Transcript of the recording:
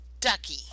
ducky